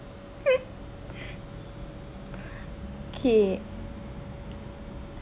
okay